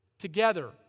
together